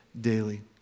daily